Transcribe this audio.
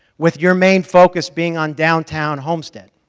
with your main focus being on downtown homestead